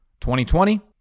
2020